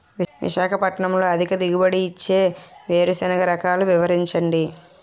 విశాఖపట్నంలో అధిక దిగుబడి ఇచ్చే వేరుసెనగ రకాలు వివరించండి?